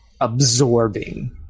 absorbing